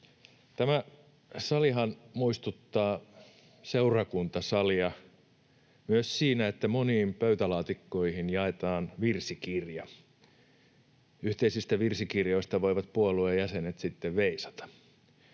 Tämä salihan muistuttaa seurakuntasalia myös siinä, että moniin pöytälaatikkoihin jaetaan virsikirja. Yhteisistä virsikirjoista voivat puolueen jäsenet sitten veisata.